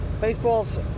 Baseball's